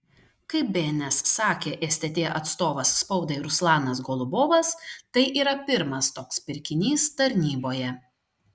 kaip bns sakė stt atstovas spaudai ruslanas golubovas tai yra pirmas toks pirkinys tarnyboje